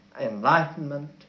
enlightenment